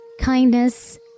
kindness